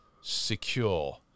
secure